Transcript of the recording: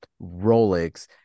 Rolex